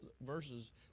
verses